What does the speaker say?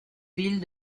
ville